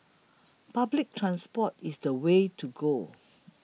public transport is the way to go